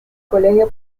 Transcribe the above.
colegio